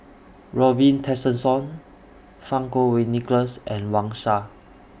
Robin Tessensohn Fang Kuo Wei Nicholas and Wang Sha